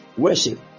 worship